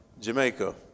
Jamaica